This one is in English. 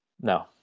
No